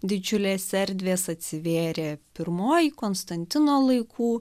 didžiulės erdvės atsivėrė pirmoji konstantino laikų